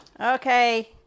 Okay